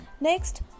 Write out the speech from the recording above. Next